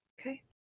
Okay